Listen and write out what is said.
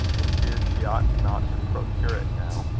and feared she ought not to procure it now.